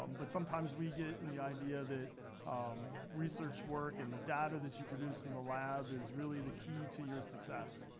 um but sometimes we get in the idea that research work and the data that you produce in the lab is really the key to your success.